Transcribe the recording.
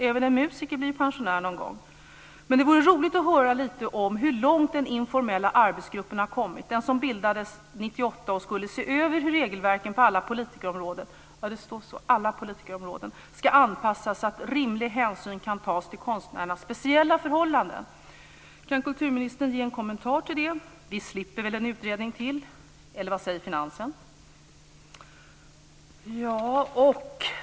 Även en musiker blir ju pensionär någon gång. Det vore roligt att höra lite om hur långt den informella arbetsgruppen har kommit. Den bildades 1998 och skulle se över hur regelverken på alla politikerområden - ja, det står så: alla politikerområden - ska anpassas så att rimlig hänsyn kan tas till konstnärernas speciella förhållanden. Kan kulturministern ge en kommentar till det? Vi slipper väl en utredning till, eller vad säger finansen?